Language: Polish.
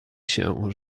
się